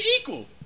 equal